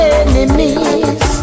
enemies